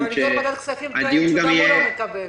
אבל יושב-ראש ועדת הכספים טוען שגם הוא לא מקבל,